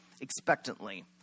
expectantly